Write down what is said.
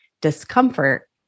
discomfort